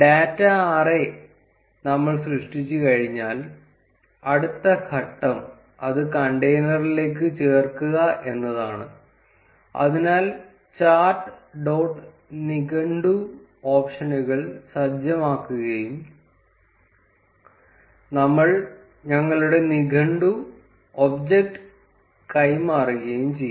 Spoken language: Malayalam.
ഡാറ്റാ അറേ നമ്മൾ സൃഷ്ടിച്ചുകഴിഞ്ഞാൽ അടുത്ത ഘട്ടം അത് കണ്ടെയ്നറിലേക്ക് ചേർക്കുക എന്നതാണ് അതിനാൽ ചാർട്ട് ഡോട്ട് നിഘണ്ടു ഓപ്ഷനുകൾ സജ്ജമാക്കുകയും നമ്മൾ ഞങ്ങളുടെ നിഘണ്ടു ഒബ്ജക്റ്റ് കൈമാറുകയും ചെയ്യും